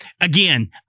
again